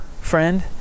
friend